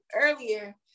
earlier